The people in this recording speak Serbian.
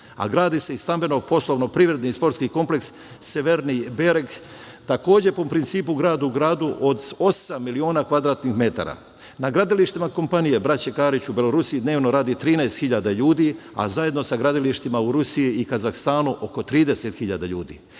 a gradi se i stambeno poslovno privredni i sportski kompleks "Severni Berg", takođe po principu "grad u gradu", od osam miliona kvadratnih metara. Na gradilištima kompanije "Braća Karić" u Belorusiji dnevno radi 13 hiljada ljudi, a zajedno sa gradilištima u Rusiji i Kazahstanu oko 30 hiljada